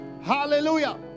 hallelujah